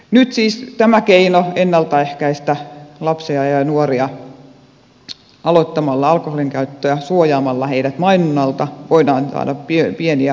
nyt siis tällä keinolla ennalta ehkäistä lapsia ja nuoria aloittamasta alkoholinkäyttöä suojaamalla heidät mainonnalta voidaan saada pieniä askelia